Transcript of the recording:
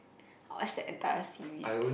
I watched the entire series eh